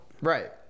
Right